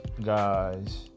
guys